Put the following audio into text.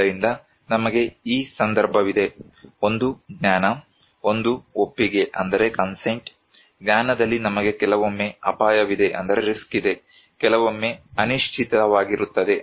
ಆದ್ದರಿಂದ ನಮಗೆ ಈ ಸಂದರ್ಭವಿದೆ ಒಂದು ಜ್ಞಾನ ಒಂದು ಒಪ್ಪಿಗೆ ಜ್ಞಾನದಲ್ಲಿ ನಮಗೆ ಕೆಲವೊಮ್ಮೆ ಅಪಾಯವಿದೆ ಕೆಲವೊಮ್ಮೆ ಅನಿಶ್ಚಿತವಾಗಿರುತ್ತದೆ